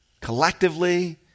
collectively